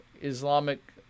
Islamic